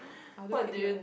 I'll do p_t what